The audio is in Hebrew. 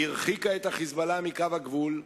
היא הרחיקה את ה"חיזבאללה" מקו הגבול,